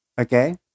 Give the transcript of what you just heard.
Okay